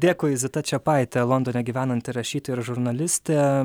dėkui zita čepaitė londone gyvenanti rašytoja ir žurnalistė